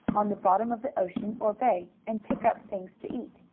on the bottom of the ocean or bay, and pick up things to eat.